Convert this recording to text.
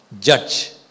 judge